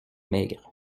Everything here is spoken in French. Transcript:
maigres